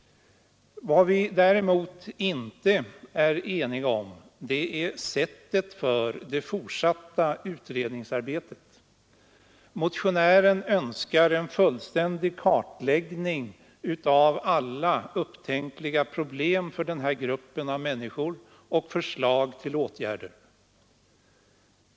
Vad vi däremot inte är eniga om är sättet för det fortsatta utredningsarbetet. Motionärerna önskar en fullständig kartläggning av alla upptänkliga problem för den här gruppen av människor och förslag till åtgärder.